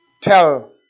Tell